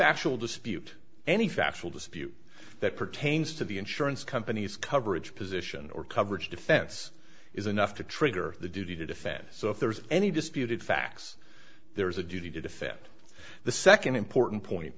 factual dispute any factual dispute that pertains to the insurance company's coverage position or coverage defense is enough to trigger the duty to defend so if there's any disputed facts there is a duty to defend the second important point